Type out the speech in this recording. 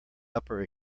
upper